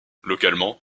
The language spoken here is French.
localement